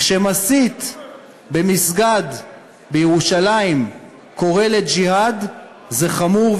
כשמסית במסגד בירושלים קורא לג'יהאד זה חמור,